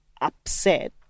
upset